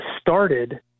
started